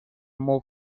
more